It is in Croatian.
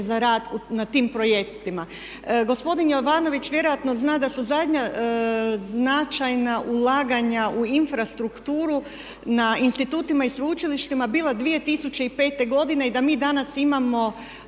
za rad na tim projektima? Gospodin Jovanović vjerojatno zna da su zadnja značajna ulaganja u infrastrukturu na institutima i sveučilištima bila 2005. godine i da mi danas imamo